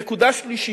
נקודה שלישית,